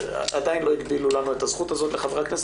עדיין לא הגבילו לנו את הזכות הזאת, לחברי הכנסת.